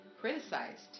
criticized